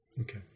Okay